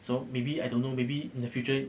so maybe I don't know maybe in the future